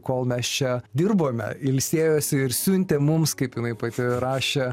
kol mes čia dirbome ilsėjosi ir siuntė mums kaip jinai pati rašė